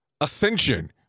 Ascension